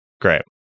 Great